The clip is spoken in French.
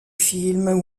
film